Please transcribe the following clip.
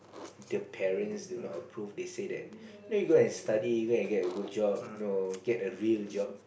the parents do not approve they say that you know go and study go and get a good job you know get a real job